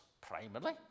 primarily